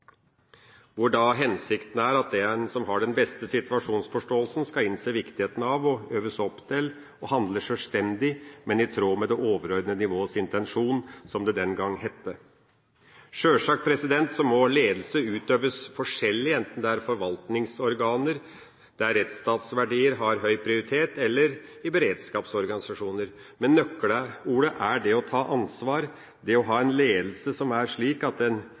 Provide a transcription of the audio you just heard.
hvor hensikten er at den som har den beste situasjonsforståelsen, skal innse viktigheten av og øves opp til å handle sjølstendig, men i tråd med det overordnede nivåets intensjon, som det den gang het. Sjølsagt må ledelse utøves forskjellig enten det er forvaltningsorganer, der rettsstatsverdier har høy prioritet, eller i beredskapsorganisasjoner, men nøkkelordet er det å ta ansvar, det å ha en ledelse som er slik at en